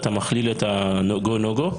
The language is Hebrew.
אתה מכליל את ה- go-no-go?